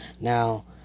Now